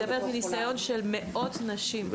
אני מדברת מניסיון של מאות נשים.